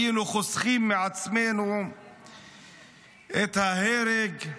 היינו חוסכים מעצמנו את ההרג,